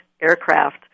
aircraft